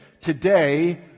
today